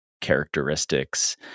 characteristics